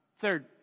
Third